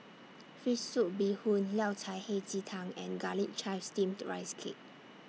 Fish Soup Bee Hoon Yao Cai Hei Ji Tang and Garlic Chives Steamed Rice Cake